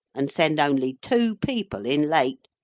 and send only two people in late,